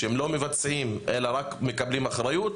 שהם לא מבצעים אלא רק מקבלים אחריות,